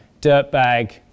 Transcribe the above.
dirtbag